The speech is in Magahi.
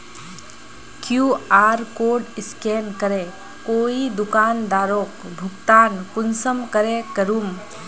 कियु.आर कोड स्कैन करे कोई दुकानदारोक भुगतान कुंसम करे करूम?